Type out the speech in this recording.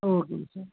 ஆ ஓகேங்க சார்